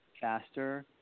faster